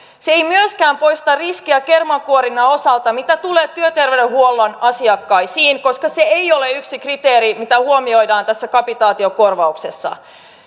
se ei myöskään poista riskiä kermankuorinnan osalta mitä tulee työterveydenhuollon asiakkaisiin koska se ei ole yksi kriteeri mitä huomioidaan tässä kapitaatiokorvauksessa